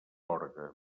orgue